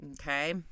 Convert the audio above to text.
okay